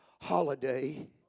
holiday